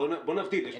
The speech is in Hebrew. בואו נבדיל.